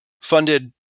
funded